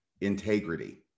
integrity